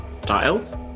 dials